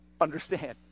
understand